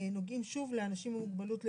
נוגעים שוב לאנשים עם מוגבלות,